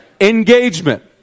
engagement